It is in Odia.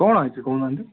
କ'ଣ ହେଇଛି କହୁନାହାନ୍ତି